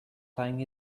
time